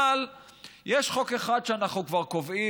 אבל יש חוק אחד שאנחנו כבר קובעים